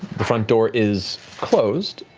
the front door is closed,